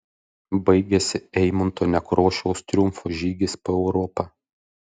baigėsi eimunto nekrošiaus triumfo žygis po europą